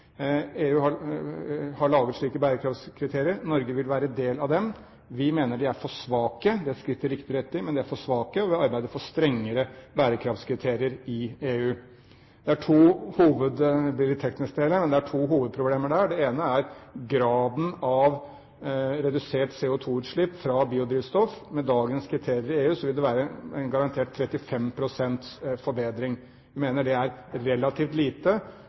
EU har laget slike bærekraftskriterier. Norge vil være del av dem. Vi mener de er for svake. Det er et skritt i riktig retning, men de er for svake. Vi vil arbeide for strengere bærekraftskriterier i EU. Det blir litt teknisk det hele, men det er to hovedproblemer der: Det ene er graden av redusert CO2-utslipp fra biodrivstoff. Med dagens kriterier i EU vil det være en garantert 35 pst. forbedring. Vi mener det er relativt lite,